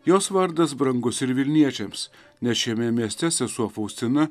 jos vardas brangus ir vilniečiams nes šiame mieste sesuo faustina